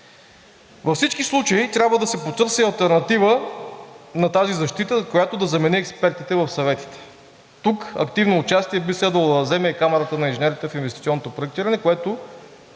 Във всички случаи трябва да се потърси алтернатива на тази защита, която да замени експертите в съветите. Тук активно участие би следвало да вземе Камарата на инженерите в инвестиционното проектиране, която